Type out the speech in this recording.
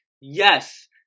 Yes